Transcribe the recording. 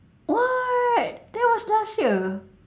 what that was last year